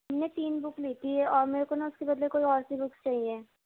ہم نے تین بک لی تھی اور میرے کو نا اس کے بدلے کوئی اور سی بکس چاہیے